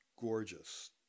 gorgeous